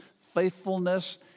faithfulness